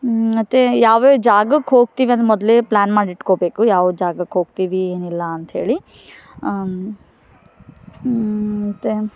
ಮತ್ತು ಯಾವ್ಯಾವ ಜಾಗಕ್ಕೆ ಹೋಗ್ತೀವಿ ಅದು ಮೊದಲೇ ಪ್ಲ್ಯಾನ್ ಮಾಡಿ ಇಟ್ಕೊಬೇಕು ಯಾವ ಜಾಗಕ್ಕೆ ಹೋಗ್ತೀವಿ ಏನಿಲ್ಲ ಅಂತ್ಹೇಳಿ ಮತ್ತು